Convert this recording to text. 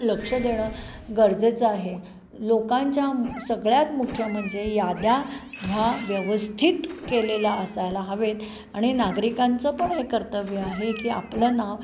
लक्ष देणं गरजेचं आहे लोकांच्या सगळ्यात मुख्य म्हणजे याद्या ह्या व्यवस्थित केलेल्या असायला हवेत आणि नागरिकांचं पण हे कर्तव्य आहे की आपलं नाव